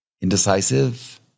indecisive